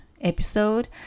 episode